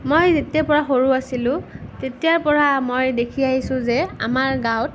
মই যেতিয়াৰ পৰা সৰু আছিলোঁ তেতিয়াৰ পৰা মই দেখি আহিছোঁ যে আমাৰ গাঁৱত